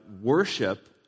worship